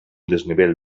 desnivell